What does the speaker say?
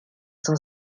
cent